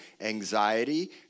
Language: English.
anxiety